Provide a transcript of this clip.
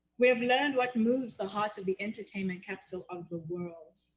we have learned what moves the hearts of the entertainment capital of the world.